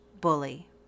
bully